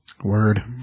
Word